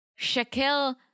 Shaquille